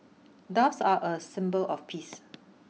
doves are a symbol of peace